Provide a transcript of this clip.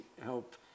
help